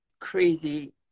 crazy